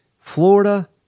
florida